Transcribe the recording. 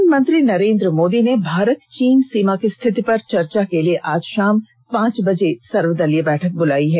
प्रधानमंत्री नरेन्द्र मोदी ने भारत चीन सीमा की स्थिति पर चर्चा के लिए आज शाम पांच बजे सर्वदलीय बैठक बुलाई है